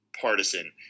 partisan